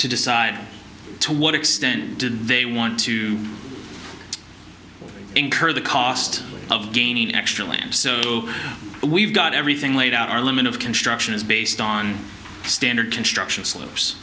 to decide to what extent did they want to incur the cost of gaining extra land we've got everything laid out our limit of construction is based on standard construction slopes